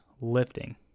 lifting